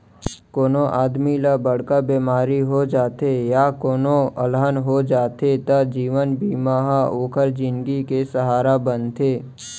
कोनों आदमी ल बड़का बेमारी हो जाथे या कोनों अलहन हो जाथे त जीवन बीमा ह ओकर जिनगी के सहारा बनथे